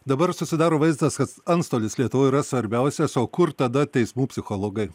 dabar susidaro vaizdas kad antstolis lietuvoje yra svarbiausias o kur tada teismų psichologai